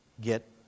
get